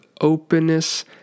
openness